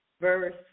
verse